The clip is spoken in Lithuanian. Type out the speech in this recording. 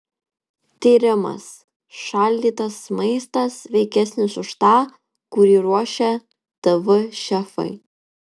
tyrimas šaldytas maistas sveikesnis už tą kurį ruošia tv šefai